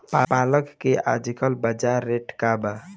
पालक के आजकल बजार रेट का बा?